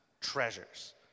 treasures